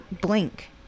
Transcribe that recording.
blink